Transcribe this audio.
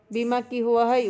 बीमा की होअ हई?